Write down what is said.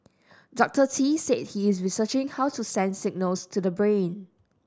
Doctor Tee said he is researching how to send signals to the brain